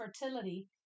fertility